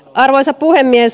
arvoisa puhemies